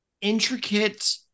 intricate